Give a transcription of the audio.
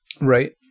Right